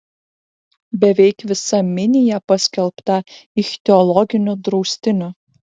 beveik visa minija paskelbta ichtiologiniu draustiniu